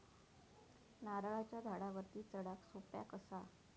नारळाच्या झाडावरती चडाक सोप्या कसा?